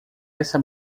essa